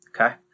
Okay